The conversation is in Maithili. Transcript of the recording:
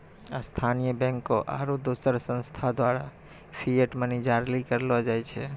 स्थानीय बैंकों आरू दोसर संस्थान द्वारा फिएट मनी जारी करलो जाय छै